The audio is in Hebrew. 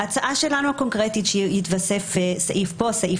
ההצעה הקונקרטית שלנו היא שיתווסף סעיף כאן או סעיף